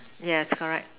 yes correct